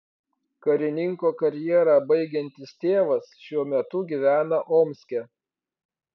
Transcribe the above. karininko karjerą baigiantis tėvas šiuo metu gyvena omske